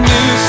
New